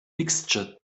mixture